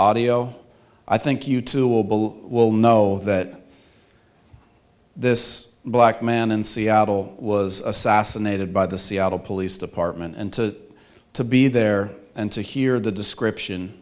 audio i think you two will will know that this black man in seattle was assassinated by the seattle police department and to to be there and to hear the description